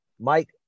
Mike